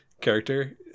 character